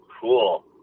Cool